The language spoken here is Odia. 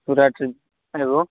ସୁରଟରେ ଆଣିବୁ